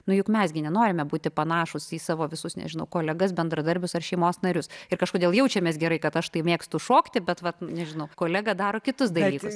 nu juk mes gi nenorime būti panašūs į savo visus nežinau kolegas bendradarbius ar šeimos narius ir kažkodėl jaučiamės gerai kad aš mėgstu šokti bet vat nežinau kolega daro kitus dalykus